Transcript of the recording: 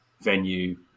venue